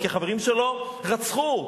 כי החברים שלו רצחו,